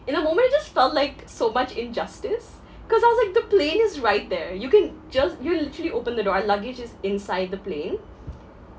in a moment I just felt like so much injustice cause I was like the plane is right there you can just you literally open the door our luggage is inside the plane